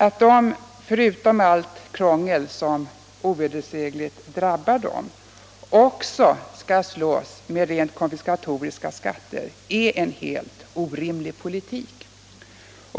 Att de förutom allt krångel som ovedersägligen drabbar dem också skall slås med rent konfiskatoriska skatter är en helt orimlig politik.